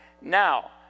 now